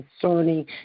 concerning